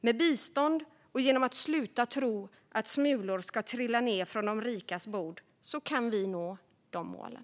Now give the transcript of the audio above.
Med bistånd och genom att sluta tro att smulor ska trilla ned från de rikas bord kan vi nå de målen.